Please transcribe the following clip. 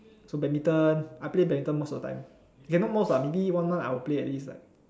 so badminton I play badminton most of the time okay not most lah maybe one month I play at least like